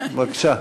בבקשה.